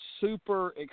super